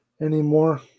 anymore